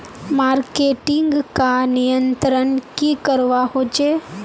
Marketing का नियंत्रण की करवा होचे?